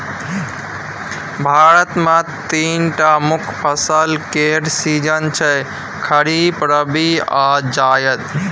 भारत मे तीनटा मुख्य फसल केर सीजन छै खरीफ, रबी आ जाएद